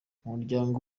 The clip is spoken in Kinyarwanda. umuryango